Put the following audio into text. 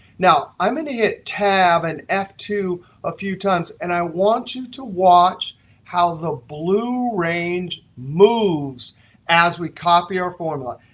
now, i'm going to hit tab and f two a few times. and i want you to watch how the blue range moves as we copy our formula.